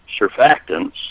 surfactants